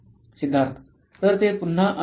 सिद्धार्थ तर ते पुन्हा आनंदी आहे